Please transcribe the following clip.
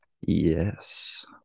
Yes